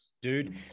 dude